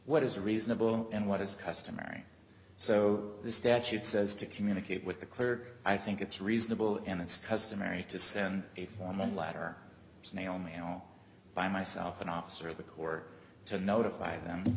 what is reasonable and what is customary so the statute says to communicate with the clerk i think it's reasonable and it's customary to send a formal letter snail mail by myself an officer of the corps to notify them